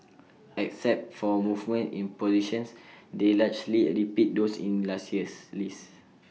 except for movements in positions they largely repeat those in last year's list